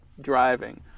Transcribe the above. driving